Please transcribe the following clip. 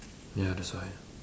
ya that's why